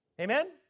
Amen